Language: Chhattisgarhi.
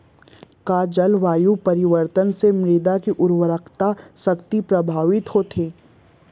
का जलवायु परिवर्तन से मृदा के उर्वरकता शक्ति प्रभावित होथे?